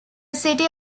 city